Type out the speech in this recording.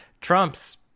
Trump's